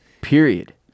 Period